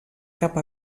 cap